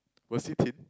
was he thin